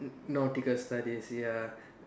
n~ nautical studies ya